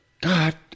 God